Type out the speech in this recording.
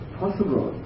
possible